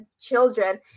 children